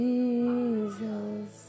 Jesus